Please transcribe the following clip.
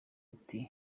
ati